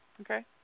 Okay